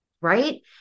Right